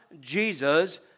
Jesus